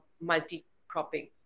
multi-cropping